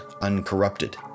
uncorrupted